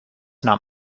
not